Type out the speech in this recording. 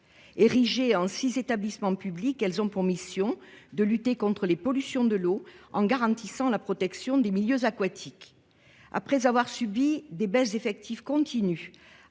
Érigées en six établissements publics, elles ont pour mission de lutter contre les pollutions de l'eau en garantissant la protection des milieux aquatiques. Après avoir subi des baisses d'effectifs continues,